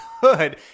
good